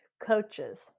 coaches